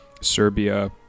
Serbia